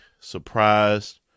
surprised